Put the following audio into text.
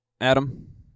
Adam